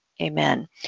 amen